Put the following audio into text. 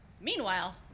Meanwhile